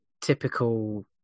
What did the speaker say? typical